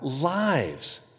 lives